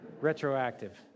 Retroactive